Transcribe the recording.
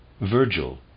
Virgil